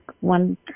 one